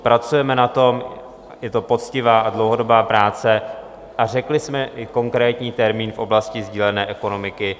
Pracujeme na tom, je to poctivá a dlouhodobá práce a řekli jsme i konkrétní termín v oblasti sdílené ekonomiky.